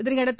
இதனையடுத்து